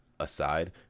Aside